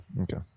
okay